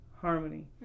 harmony